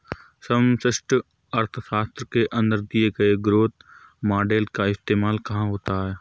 समष्टि अर्थशास्त्र के अंदर दिए गए ग्रोथ मॉडेल का इस्तेमाल कहाँ होता है?